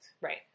Right